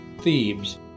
Thebes